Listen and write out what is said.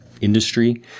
Industry